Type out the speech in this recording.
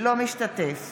אינו משתתף